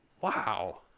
Wow